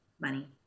Money